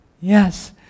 Yes